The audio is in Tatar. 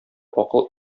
акыл